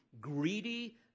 greedy